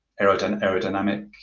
aerodynamic